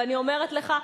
ואני אומרת לך,